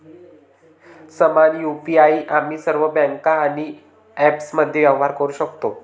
समान यु.पी.आई आम्ही सर्व बँका आणि ॲप्समध्ये व्यवहार करू शकतो